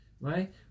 Right